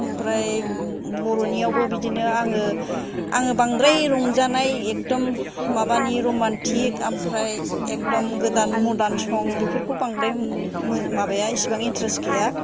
ओमफ्राय बर'नि आवबो बिदिनो आङो आङो बांद्राय रंजानाय एकदम माबानि रमान्टिक आमफ्राय एकदम गोदान मर्दान सं बेफोरखौ बांद्राय माबाया एसेबां इन्थारेस्ट गैया